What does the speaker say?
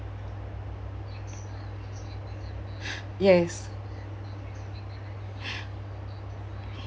yes